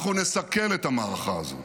אנחנו נסכל את המערכה הזאת.